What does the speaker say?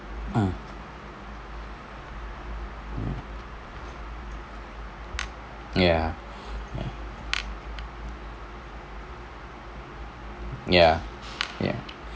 ugh mm ya ya ya ya